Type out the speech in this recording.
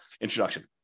introduction